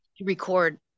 record